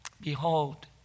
Behold